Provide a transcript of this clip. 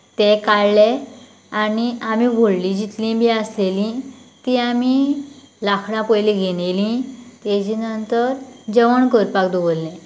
ते काडले आनी आमी व्हडली जितली बी आसलेली ती आमी लाकडां पयली घेवन येयली तेजे नंतर जेवण करपाक दवरलें